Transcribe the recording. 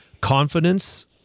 confidence